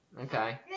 Okay